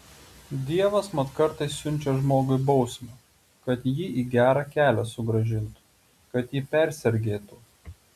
dievas mat kartais siunčia žmogui bausmę kad jį į gerą kelią sugrąžintų kad jį persergėtų